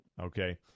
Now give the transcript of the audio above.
Okay